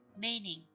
Meaning